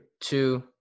two